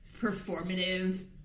performative